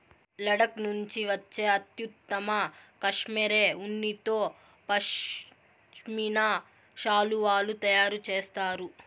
లడఖ్ నుండి వచ్చే అత్యుత్తమ కష్మెరె ఉన్నితో పష్మినా శాలువాలు తయారు చేస్తారు